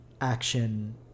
action